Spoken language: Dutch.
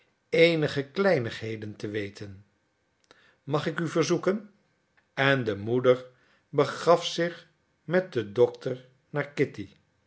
eenige kleinigheden te weten mag ik u verzoeken en de moeder begaf zich met den dokter naar kitty